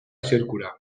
zirkura